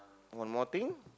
one more thing